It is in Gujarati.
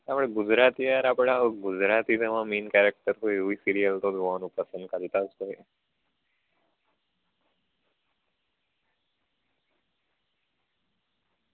હવે ગુજરાતી યાર આપણા ગુજરાતી છે એમાં મેઈન કેરેક્ટર તો એવી સિરિયલ તો જોવાનું પસંદ કરતાં છે